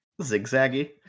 zigzaggy